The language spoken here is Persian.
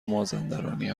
مازندرانی